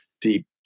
deep